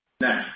Next